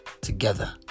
together